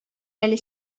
әле